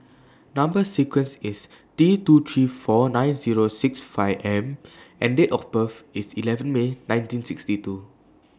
Number sequence IS T two three four nine Zero six five M and Date of birth IS eleven May nineteen sixty two